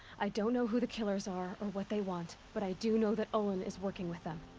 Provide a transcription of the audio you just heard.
i don't know who the killers are, or what they want, but i do know that olin is working with them.